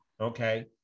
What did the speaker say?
Okay